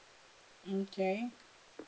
okay